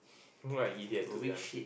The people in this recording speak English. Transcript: you are an idiot to be honest